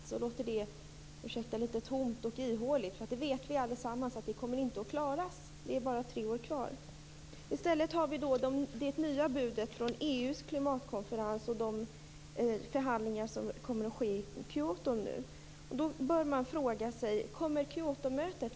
Miljöministern för ursäkta, men det låter litet tomt och ihåligt. Vi vet allesammans att vi inte kommer att klara det. Det är bara tre år kvar. I stället har vi det nya budet från EU:s klimatkonferens och de förhandlingar som nu kommer att ske i Kyoto.